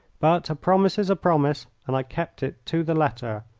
but a promise is a promise, and i kept it to the letter.